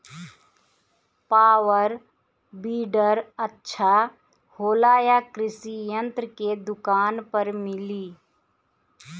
Power weeder अच्छा होला यह कृषि यंत्र के दुकान पर मिली?